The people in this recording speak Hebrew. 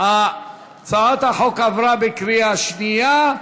הצעת החוק עברה בקריאה שנייה.